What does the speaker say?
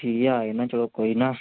ਠੀਕ ਆ ਆ ਜਾਂਦਾ ਚਲੋ ਕੋਈ ਨਾ